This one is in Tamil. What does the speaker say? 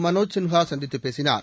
மனோஜ் சின்ஹா சந்தித்துப் பேசினார்